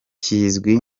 kizwi